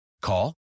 Call